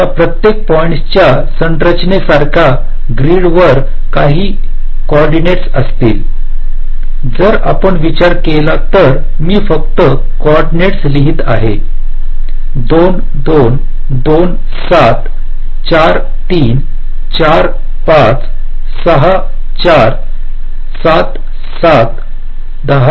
तर या प्रत्येक पॉईंट् च्या संरचनेसारख्या ग्रीड वर काही कॉर्डिनेट्स असतील जर आपण विचार केला तर मी फक्त कॉर्डिनेट्स लिहित आहे 2 2 2 7 4 3 4 5 6 4 7 7 10 2 9 5